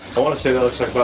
i want to say that looks